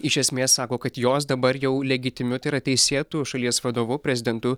iš esmės sako kad jos dabar jau legitimiu tai yra teisėtu šalies vadovu prezidentu